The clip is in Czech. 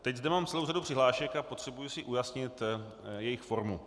Teď zde mám celou řadu přihlášek a potřebuji si ujasnit jejich formu.